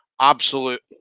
absolute